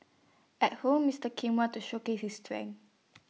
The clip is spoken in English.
at home Mister Kim want to showcase his strength